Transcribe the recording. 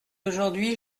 aujourd’hui